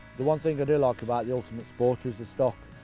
the one thing i do like about the ultimate sporter is the stock,